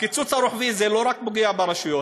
הקיצוץ הרוחבי לא רק פוגע ברשויות.